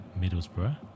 Middlesbrough